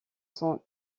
son